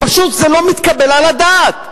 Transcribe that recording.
פשוט זה לא מתקבל על הדעת.